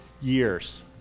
years